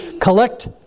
collect